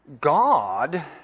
God